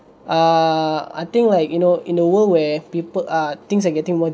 err I think like you know in a world where people err things are getting more